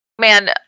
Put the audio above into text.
Man